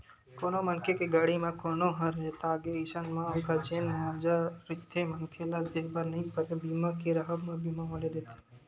कोनो मनखे के गाड़ी म कोनो ह रेतागे अइसन म ओखर जेन मुवाजा रहिथे मनखे ल देय बर नइ परय बीमा के राहब म बीमा वाले देथे